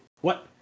What-